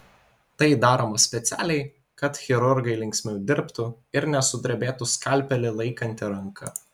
tai daroma specialiai kad chirurgai linksmiau dirbtų ir nesudrebėtų skalpelį laikanti ranka